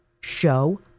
show